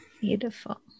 Beautiful